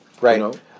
right